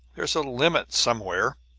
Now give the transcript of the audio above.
there's a limit somewhere!